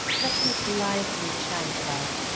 let me blithely chant about.